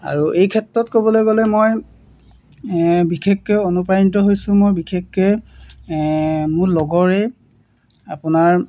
আৰু এই ক্ষেত্ৰত ক'বলৈ গ'লে মই বিশেষকৈ অনুপ্ৰাণিত হৈছোঁ মই বিশেষকৈ মোৰ লগৰে আপোনাৰ